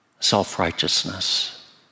self-righteousness